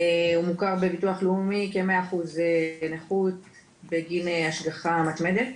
הוא מוכר בביטוח לאומי כ-100% נכות בגין השגחה מתמדת,